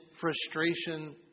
frustration